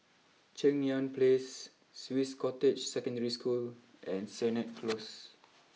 Cheng Yan place Swiss Cottage Secondary School and Sennett close